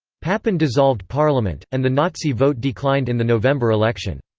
papen dissolved parliament, and the nazi vote declined in the november election.